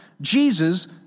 Jesus